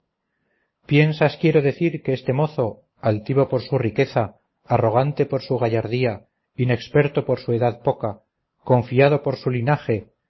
piensas quiero decir que este mozo altivo por su riqueza arrogante por su gallardía inexperto por su edad poca confiado por su linaje